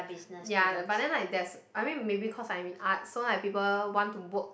ya but then like there's I mean maybe cause I'm in arts so like people want to work